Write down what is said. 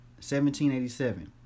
1787